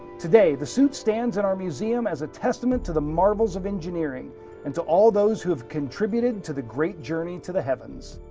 today, the suit stands in our museum as a testament to the marvels of engineering and to all those who've contributed to the great journey to the heavens.